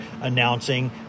announcing